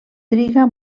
triga